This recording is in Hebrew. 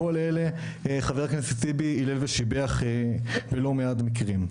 כל אלה חבר הכנסת טיבי הילל ושיבח בלא מעט מקרים.